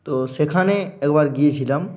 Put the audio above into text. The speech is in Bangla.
তো সেখানে একবার গিয়েছিলাম